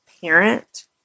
parent